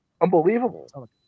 Unbelievable